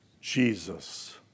Jesus